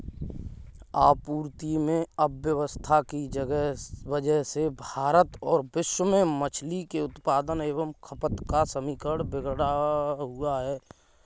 आपूर्ति में अव्यवस्था की वजह से भारत और विश्व में मछली के उत्पादन एवं खपत का समीकरण बिगड़ा हुआ है